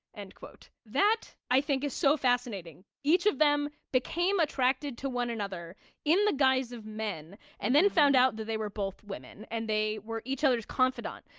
end quote. that i think is so fascinating! each of them became attracted to one another in the guise of men and then found out that they were both women and they were each other's confidant.